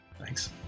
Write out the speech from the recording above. Thanks